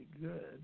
good